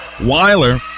weiler